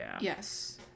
Yes